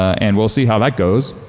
and we'll see how that goes.